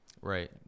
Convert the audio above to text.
Right